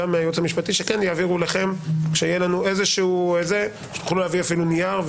מהייעוץ המשפטי שכן יעבירו אליכם נייר כשיהיה לנו כך שתוכלו להעביר נייר.